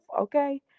Okay